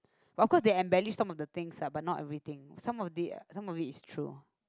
but of course they embellished some of the things lah but not everything some of it some of it is true